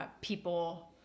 people